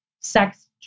sex